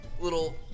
little